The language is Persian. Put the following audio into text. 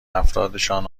افرادشان